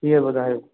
इहो ॿुधायो